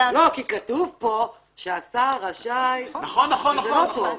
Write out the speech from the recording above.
כתוב פה שהשר רשאי --- זה אמור להיות בוועדה הזאת.